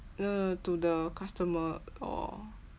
no no to the customer or